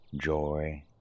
joy